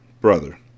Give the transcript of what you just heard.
brother